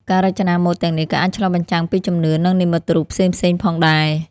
ការរចនាម៉ូដទាំងនេះក៏អាចឆ្លុះបញ្ចាំងពីជំនឿ និងនិមិត្តរូបផ្សេងៗផងដែរ។